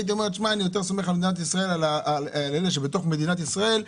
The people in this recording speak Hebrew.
הייתי אומר: אני סומך יותר על אלה שבתוך מדינת ישראל,